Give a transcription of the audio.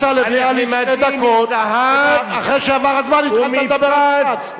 הקדשת לביאליק שתי דקות ואחרי שעבר הזמן התחלת לדבר על מופז.